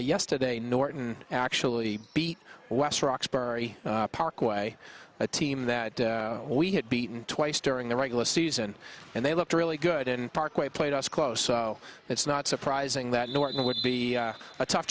yesterday norton actually beat west roxbury parkway a team that we had beaten twice during the regular season and they looked really good and parkway played us close so it's not surprising that norton would be a tough